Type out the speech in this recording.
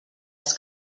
els